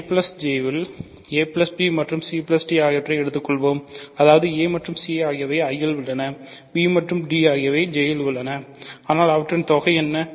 I J இல் a b மற்றும் c d ஆகியவற்றை எடுத்துக்கொள்வோம் அதாவது a மற்றும் c ஆகியவை I இல் உள்ளன b மற்றும் d ஆகியவை J இல் உள்ளன ஆனால் அவற்றின் தொகை என்ன